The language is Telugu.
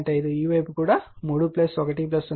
5 ఈ వైపు కూడా 3 1 0